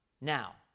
Now